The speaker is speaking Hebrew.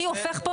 ככה